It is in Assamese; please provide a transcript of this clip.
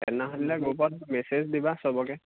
তেনেহ'লে গ্ৰুপত মেছেজ দিবা সবকে